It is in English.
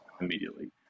immediately